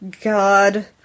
God